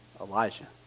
Elijah